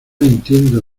entiendo